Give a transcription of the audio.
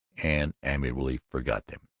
and amiably forgot them.